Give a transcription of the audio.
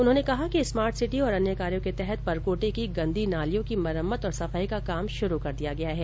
उन्होंने कहा कि स्मार्ट सिटी और अन्य कार्यों के तहत परकोटे की गन्दी नालियों की मरम्मत और सफाई का काम शुरू कर दिया गया है